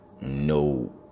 no